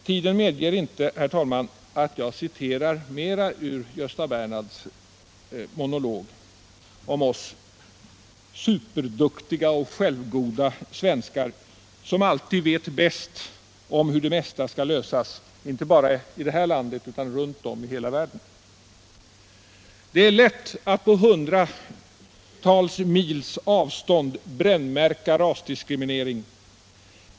Tiden medger inte, herr talman, att jag citerar mer ur Gösta Bernhards monolog om oss superduktiga och självgoda svenskar, som alltid vet bäst hur det mesta skall lösas inte bara i det här landet utan runt om i hela världen. Det är lätt att på hundratals mils avstånd brännmärka rasdiskriminering.